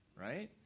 right